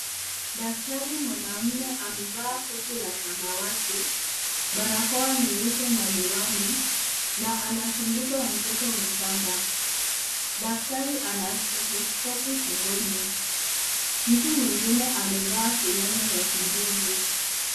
Daktari mwanaume amevaa koti la samawati barakoa nyeupe na miwani na anachunguza mtoto mchanga, daktari ana stetoskopu shingoni mtu mwingine amevaa fulana ya kijivu.